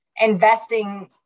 investing